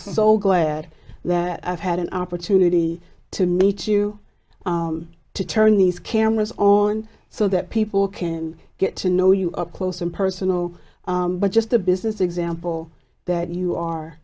so glad that i've had an opportunity to meet you to turn these cameras on so that people can get to know you up close and personal but just the business example that you are